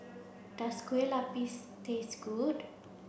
does Kueh Lapis taste good